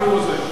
כי הוא עוזב.